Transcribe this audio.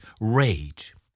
rage